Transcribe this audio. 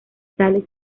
tales